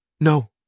No